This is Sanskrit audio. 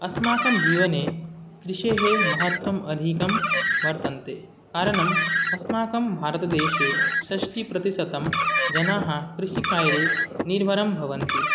अस्माकं जीवने कृषेः महत्वम् अधिकं वर्तन्ते कारणम् अस्माकं भारतदेशे षष्टिप्रतिशतं जनाः कृषिकार्ये निर्भरं भवन्ति